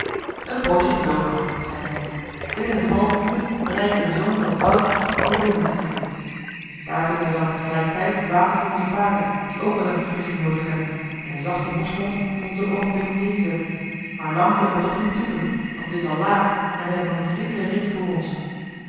een poosje geduld nog zeide hij binnen een half uur bereiken wij den zoom van het woud dat we door moeten trekken daar vinden we dan tegelijkertijd water voor onze paarden die ook wel eene verfrissching noodig hebben en een zachten mosgrond om ons een oogenblik op neer te zetten maar lang kunnen we toch niet toeven want het is al laat en we hebben nog een flinken rit vr ons